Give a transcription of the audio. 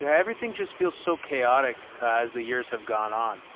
yeah everything just feels so chaotic, as the years have gone on.